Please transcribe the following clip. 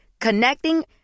Connecting